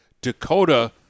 Dakota